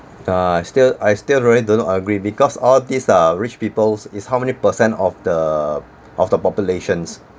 err I still I still really don't agree because all these are rich people's is how many percent of the of the populations